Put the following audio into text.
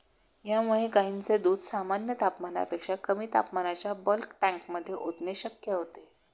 यामुळे गायींचे दूध सामान्य तापमानापेक्षा कमी तापमानाच्या बल्क टँकमध्ये ओतणे शक्य होते